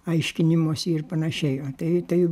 aiškinimosi ir panašiai tai tai